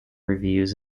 reviews